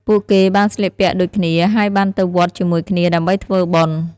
ពួកគេបានស្លៀកពាក់ដូចគ្នាហើយបានទៅវត្តជាមួយគ្នាដើម្បីធ្វើបុណ្យ។